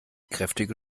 kräftige